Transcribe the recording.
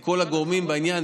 ולכל הגורמים בעניין,